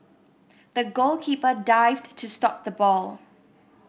the goalkeeper dived to stop the ball